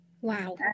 Wow